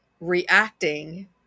reacting